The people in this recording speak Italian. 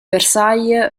versailles